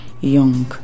young